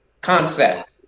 Concept